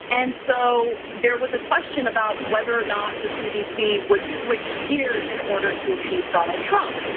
and so there was a question about whether or not the cdc would switch gears in order to appease donald trump.